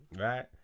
right